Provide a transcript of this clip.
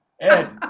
Ed